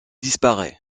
disparaît